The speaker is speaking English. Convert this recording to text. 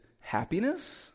happiness